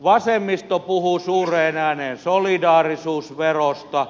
vasemmisto puhuu suureen ääneen solidaarisuusverosta